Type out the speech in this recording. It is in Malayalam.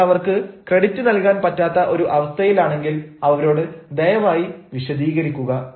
നിങ്ങൾ അവർക്ക് ക്രെഡിറ്റ് നൽകാൻ പറ്റാത്ത ഒരു അവസ്ഥയിലാണെങ്കിൽ അവരോട് ദയവായി വിശദീകരിക്കുക